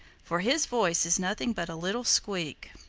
for his voice is nothing but a little squeak.